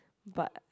but